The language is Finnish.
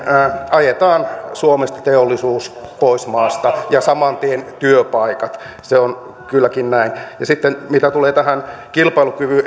ajetaan teollisuus suomesta pois maasta ja saman tien työpaikat se on kylläkin näin ja sitten mitä tulee tähän kilpailukyvyn